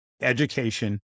education